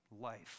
life